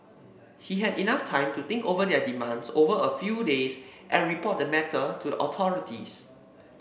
he had enough time to think over their demands over a few days and report the matter to the authorities